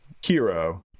Hero